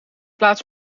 plaats